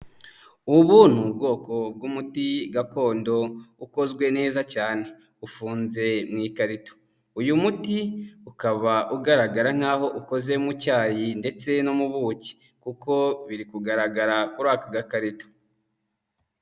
Ubu ni ubwoko bw'umuti gakondo ukozwe neza cyane ufunze mu ikarito, uyu muti ukaba ugaragara nk'aho ukoze mu cyayi ndetse no mu buki kuko biri kugaragara kuri aka gakarito.